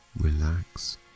relax